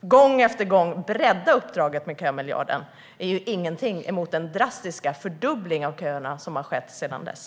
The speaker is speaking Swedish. gång efter gång bredda uppdraget med kömiljarden. Men det är ingenting mot den drastiska fördubbling av köerna som har skett sedan dess.